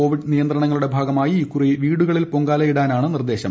Covid നിയന്ത്രണങ്ങളുടെ ഭാഗമായി ഇക്കുറി വീടുകളിൽ പൊങ്കാലയിടണമെന്നാണ് നിർദ്ദേശം